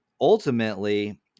ultimately